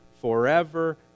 forever